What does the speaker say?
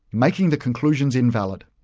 making the conclusions invalid.